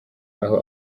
aho